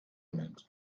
mit